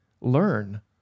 learn